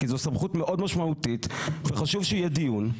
כי זאת סמכות מאוד משמעותית וחשוב שיהיה דיון.